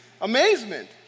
amazement